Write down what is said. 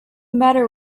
matter